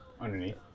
Underneath